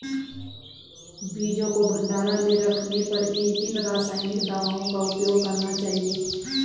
बीजों को भंडारण में रखने पर किन किन रासायनिक दावों का उपयोग करना चाहिए?